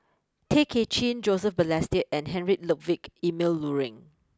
Tay Kay Chin Joseph Balestier and Heinrich Ludwig Emil Luering